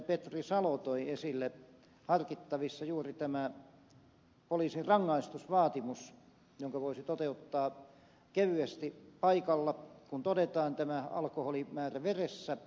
petri salo toi esille harkittavissa juuri tämä poliisin rangaistusvaatimus jonka voisi toteuttaa kevyesti paikalla kun todetaan tämä alkoholimäärä veressä